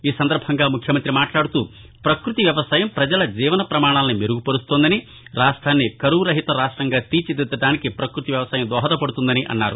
ఈ సందర్భంగా ఆయన మాట్లాడుతూ పకృతి వ్యవసాయం పజల జీవన పమాణాలను మెరుగుపరుస్తోందని రాష్టాన్ని కరవు రహిత రాష్ట్రంగా తీర్చిదిద్దడానికి ప్రకృతి వ్యవసాయం దోహదపడుతుందని అన్నారు